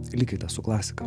likite su klasika